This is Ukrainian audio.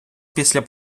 після